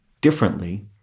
differently